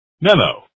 memo